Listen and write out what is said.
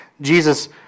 Jesus